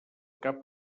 cap